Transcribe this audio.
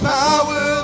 power